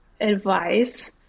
advice